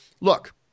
Look